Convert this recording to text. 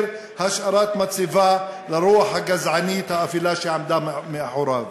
השארת מצבה לרוח הגזענית האפלה שעמדה מאחוריו.